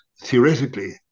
theoretically